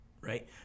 Right